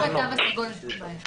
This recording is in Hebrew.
לפי התו הסגול, אין שום בעיה.